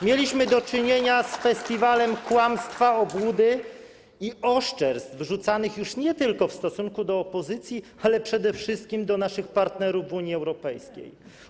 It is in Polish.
Mieliśmy do czynienia z festiwalem kłamstwa, obłudy i oszczerstw wrzucanych już nie tylko w stosunku do opozycji, ale przede wszystkim do naszych partnerów w Unii Europejskiej.